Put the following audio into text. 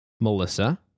Melissa